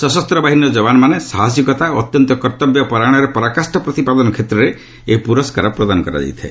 ସଶସ୍ତ ବାହିନୀର ଯବାନମାନେ ସାହସୀକତା ଓ ଅତ୍ୟନ୍ତ କର୍ତ୍ତବ୍ୟ ପରାୟଣରେ ପରାକାଷ୍ଟା ପ୍ରତିପାଦନ କ୍ଷେତ୍ରରେ ଏହି ପୁରସ୍କାର ପ୍ରଦାନ କରାଯାଇଥାଏ